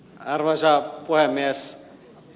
arvoisa puhemies